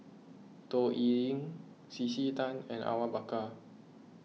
Toh Liying C C Tan and Awang Bakar